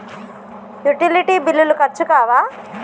Utility బిల్లులు ఖర్చు కావా?